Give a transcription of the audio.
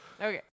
Okay